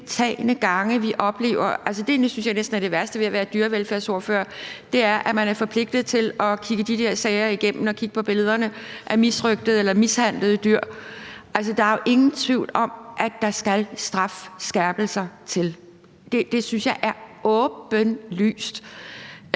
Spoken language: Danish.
synes næsten, at det værste ved at være dyrevelfærdsordfører er, at man er forpligtet til at kigge de der sager igennem og kigge på billederne af misrøgtede eller mishandlede dyr. Der er jo ingen tvivl om, at der skal strafskærpelser til. Det synes jeg er åbenlyst.